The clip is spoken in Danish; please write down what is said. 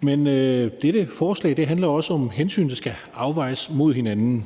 men dette forslag handler også om hensyn, der skal afvejes mod hinanden.